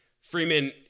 Freeman